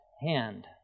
hand